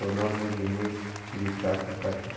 कोनों भी जिनिस बिसा सकत हे